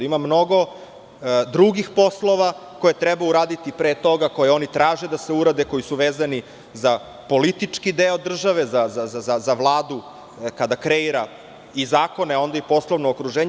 Ima mnogo drugih poslova koje treba uraditi pre toga, koje oni traže da se urade, a koji su vezani za politički deo države, za Vladu kada kreira i zakone a onda i poslovno okruženje.